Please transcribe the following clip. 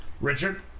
Richard